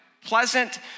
pleasant